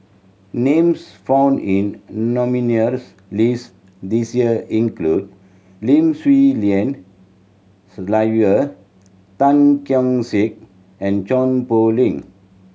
names found in nominees' list this year include Lim Swee Lian Sylvia Tan Keong Saik and Chua Poh Leng